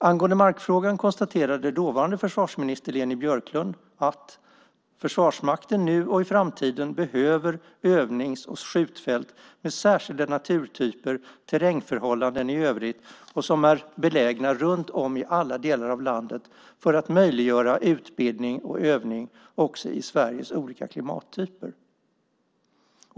Angående markfrågan konstaterade dåvarande försvarsminister Leni Björklund: "Försvarsmakten nu och i framtiden behöver övnings och skjutfält med skilda naturtyper, terrängförhållanden i övrigt och som är belägna runt om i alla delar av landet för att möjliggöra utbildning och övning också i Sveriges olika klimattyper."